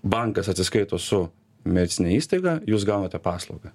bankas atsiskaito su medicinine įstaiga jūs gaunate paslaugą